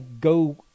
go